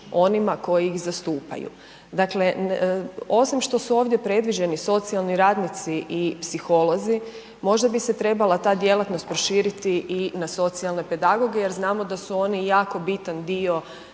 onima koji ih zastupaju. Dakle, osim što su ovdje predviđeni socijalni radnici i psiholozi, možda bi se trebala ta djelatnost proširiti i na socijalne pedagoge jer znamo da su oni jako bitan dio,